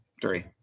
Three